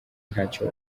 ntacyo